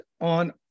on